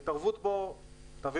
יתקיים